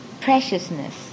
preciousness